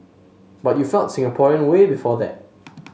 but you felt Singaporean way before that